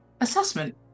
assessment